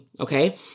okay